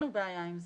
אין לנו בעיה עם זה.